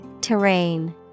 Terrain